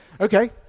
Okay